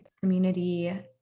community